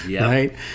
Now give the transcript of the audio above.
right